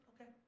Okay